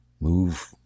move